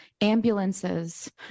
ambulances